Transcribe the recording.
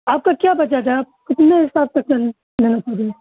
آپ کا کیا بچا صاحب ہے آپ کتنے حساب تک لینا پڑے